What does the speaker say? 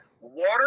Water